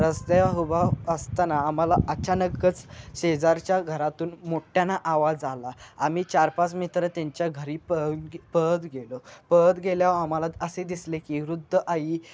रस्त्यावर उभा असताना आमाला अचानकच शेजारच्या घरातून मोठ्यानं आवाज आला आम्ही चार पाच मित्र त्यांच्या घरी प पळत गेलो पळत गेल्यावर आम्हाला असे दिसले की वृद्ध आई